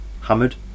hammered